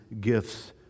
gifts